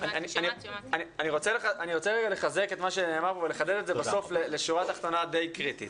אני רוצה לחזק את מה שנאמר כאן ולחדד את זה בסוף לשורה תחתונה די קריטית